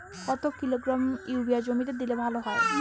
কত kilogram urea জমিতে দিলে ভালো হয়?